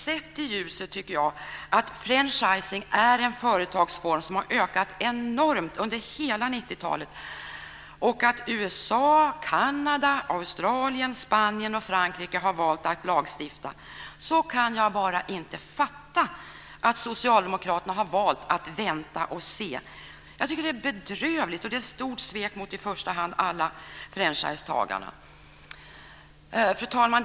Sett i ljuset av att franchising är en företagsform som ökat enormt under hela 90-talet och att USA, Kanada, Australien, Spanien och Frankrike har valt att lagstifta kan jag bara inte fatta att Socialdemokraterna har valt att vänta och se. Jag tycker att det är bedrövligt och ett stort svek mot i första hand alla franchisetagare. Fru talman!